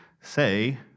Say